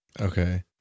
Okay